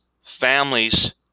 families